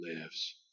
lives